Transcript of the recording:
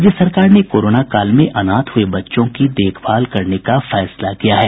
राज्य सरकार ने कोरोना काल में अनाथ हुए बच्चों की देखभाल करने का फैसला किया है